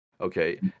Okay